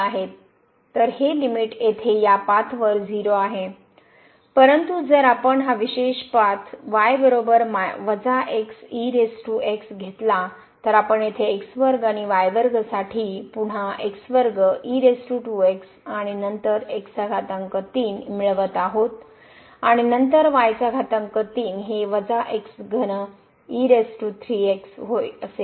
तर हे लिमिट येथे या पाथवर 0 आहे परंतु जर आपण हा विशेष पथ घेतला तर आपण येथे आणि साठी पुन्हा आणि नंतर मिळवत आहोत आणि नंतर हे असेल